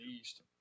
East